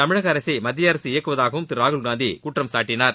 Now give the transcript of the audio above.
தமிழக அரசை மத்திய அரசு இயக்குவதாகவும் திரு ராகுல்காந்தி குற்றம் சாட்டினார்